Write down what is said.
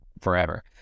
forever